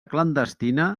clandestina